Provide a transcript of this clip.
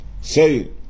Say